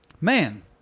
Man